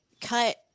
cut